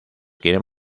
quieren